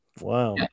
Wow